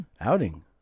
outing